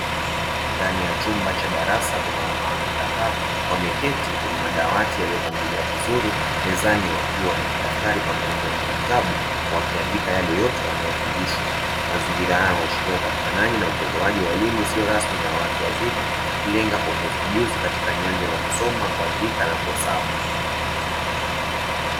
Ndani ya chumba cha darasa, kuna wanawake kadhaa wameketi kwenye madawati yaliyopangiliwa vizuri, mezani wakiwa na madaftari pamoja na vitabu, wakiandika yale yote wanayofundishwa; mazingira hayo yanawakilisha upatikanaji na utoaji wa elimu isiyo rasmi kwa watu wazima, ikilenga kuongeza ujuzi katika nyanja za kusoma, kuandika, na kuhesabu.